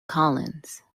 collins